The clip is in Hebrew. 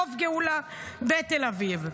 חוף גאולה בתל אביב.